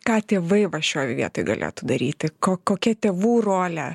ką tėvai va šioj vietoj galėtų daryti ko kokia tėvų rolė